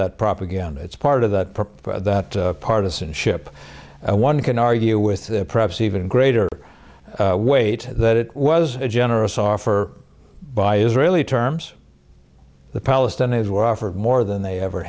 that propaganda it's part of that purpose that partisanship and one can argue with perhaps even greater weight that it was a generous offer by israeli terms the palestinians were offered more than they ever